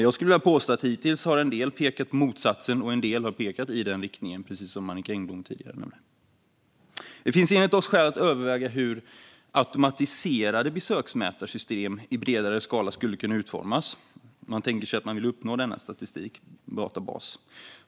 Jag skulle vilja påstå att en del hittills har pekat på motsatsen medan en del har pekat i den riktningen, precis som Annicka Engblom tidigare nämnde. Det finns enligt oss skäl att överväga hur automatiserade besöksmätarsystem i större skala skulle kunna utformas, om man tänker sig att man vill samla denna statistik i en databas.